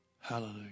Hallelujah